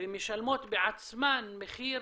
ומשלמות בעצמן מחיר